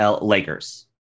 Lakers